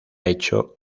hecho